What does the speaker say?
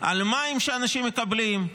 על המים שאנשים מקבלים,